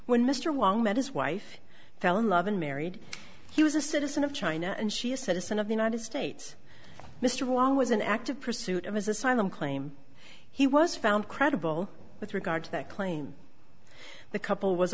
when mr wong met his wife fell in love and married he was a citizen of china and she is citizen of the united states mr wong was an active pursuit of his asylum claim he was found credible with regard to that claim the couple was